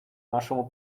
нашему